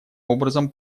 образом